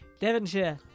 Devonshire